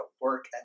work